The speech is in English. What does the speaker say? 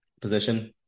position